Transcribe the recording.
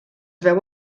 veu